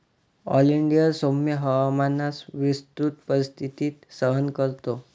oleander सौम्य हवामानात विस्तृत परिस्थिती सहन करतो